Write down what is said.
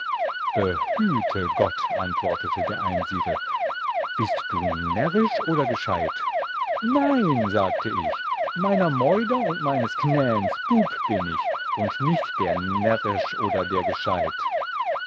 behüte gott antwortete der einsiedel bist du närrisch oder gescheid nein sagt ich meiner meuder und meines knäns bub bin ich und nicht der närrisch oder der gescheid